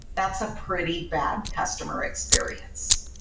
that's a pretty bad customers experience,